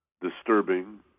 disturbing